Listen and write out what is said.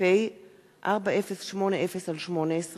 פ/4080/18